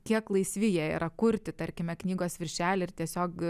kiek laisvi jie yra kurti tarkime knygos viršelį ir tiesiog